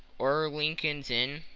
or lincoln's inn,